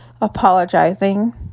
apologizing